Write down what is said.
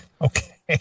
Okay